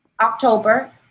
October